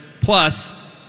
plus